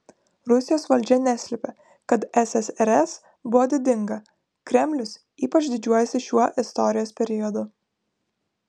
rusijos valdžia neslepia kad ssrs buvo didinga kremlius ypač didžiuojasi šiuo istorijos periodu